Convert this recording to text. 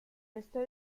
este